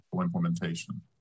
implementation